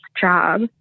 job